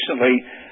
recently